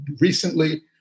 recently